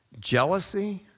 jealousy